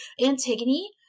Antigone